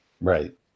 Right